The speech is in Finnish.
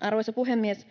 Arvoisa puhemies!